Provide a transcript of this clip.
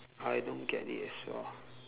I don't get it as well